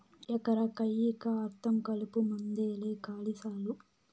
ఎకరా కయ్యికా అర్థం కలుపుమందేలే కాలి సాలు